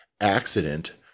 accident